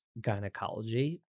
gynecology